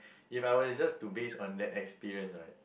if I was just to based on that experience right